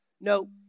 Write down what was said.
no